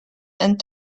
and